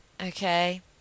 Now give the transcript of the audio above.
Okay